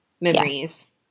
memories